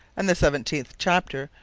and the seventeenth chapter,